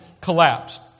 collapsed